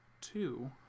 two